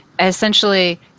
essentially